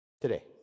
Today